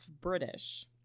British